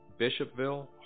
Bishopville